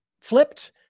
flipped